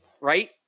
right